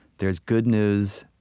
there's good news,